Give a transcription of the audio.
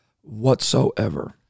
whatsoever